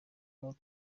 ngo